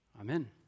Amen